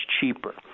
cheaper